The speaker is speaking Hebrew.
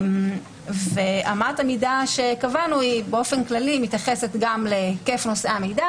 אמת המידה שקבענו באופן כללי מתייחסת גם להיקף נושאי המידע